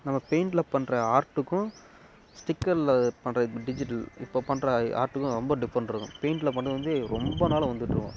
நம்ம பெயிண்ட்டில் பண்ணுற ஆர்ட்டுக்கும் ஸ்டிக்கரில் பண்ணுற டிஜிட்டல் இப்போ பண்ணுற ஆர்ட்டுக்கும் ரொம்ப டிஃப்ரெண்ட் இருக்கும் பெயிண்ட்டில் பண்ணுறது வந்து ரொம்ப நாள் வந்துகிட்டுருக்கும்